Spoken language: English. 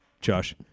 Josh